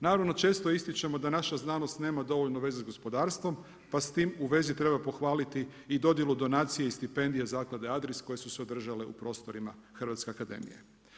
Naravno, često ističemo da naša znanost nema dovoljno veze sa gospodarstvom pa s time u vezi treba pohvaliti i dodjelu donacije i stipendije Zaklade Adris koje su se održale u prostorima Hrvatske akademije.